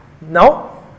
No